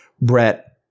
Brett